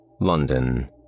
London